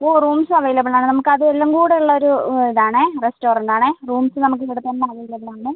ഓ റൂംസും അവൈലബിൾ ആണ് നമുക്ക് അത് എല്ലാം കുടെ ഉള്ളൊരു ഇതാണേ റെസ്റ്റോറന്റ് ആണേ റൂംസ് നമുക്ക് ഇവിടെത്തന്നെ അവൈലബിൾ ആണേ